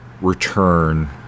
return